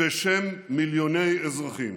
בשם מיליוני אזרחים